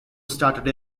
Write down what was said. started